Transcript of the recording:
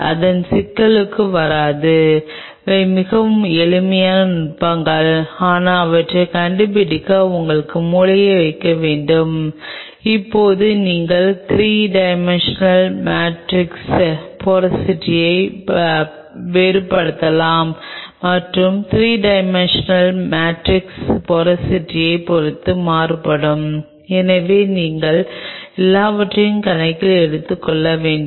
thumb rule விதி 30 நிமிடங்களுக்குப் பிறகு அல்லது எப்போதாவது நான் ஒரு மணிநேரம் வரை சென்றிருக்கிறேன் பின்னர் நீங்கள் முழு டிஷையும் மீதமுள்ள நடுத்தரத்துடன் நிரப்பி CO2 இன்குபேட்டரில் வளர்ச்சிக்கு வைக்கவும்